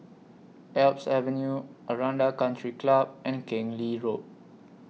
Alps Avenue Aranda Country Club and Keng Lee Road